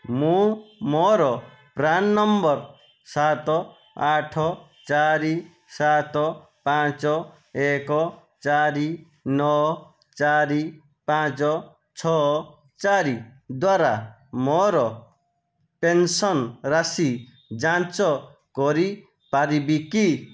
ମୁଁ ମୋର PRAN number ସାତ ଆଠ ଚାରି ସାତ ପାଞ୍ଚ ଏକ ଚାରି ନଅ ଚାରି ପାଞ୍ଚ ଛଅ ଚାରି ଦ୍ଵାରା ମୋର ପେନ୍ସନ୍ ରାଶି ଯାଞ୍ଚ କରିପାରିବି କି